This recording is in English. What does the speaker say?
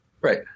Right